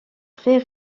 très